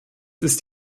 ist